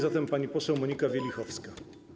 Zatem pani poseł Monika Wielichowska.